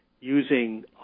using